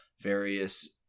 various